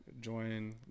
join